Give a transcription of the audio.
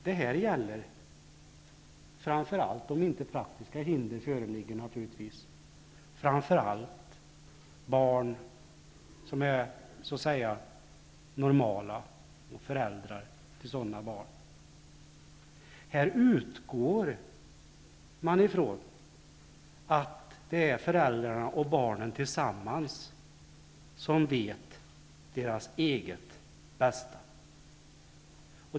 Det här gäller, om inte praktiska hinder föreligger, framför allt barn som är så att säga normala och föräldrar till sådana barn. Här utgår man ifrån att det är föräldrarna och barnen tillsammans som vet deras eget bästa.